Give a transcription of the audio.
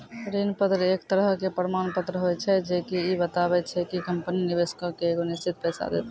ऋण पत्र एक तरहो के प्रमाण पत्र होय छै जे की इ बताबै छै कि कंपनी निवेशको के एगो निश्चित पैसा देतै